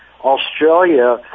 Australia